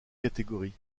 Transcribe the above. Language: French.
catégories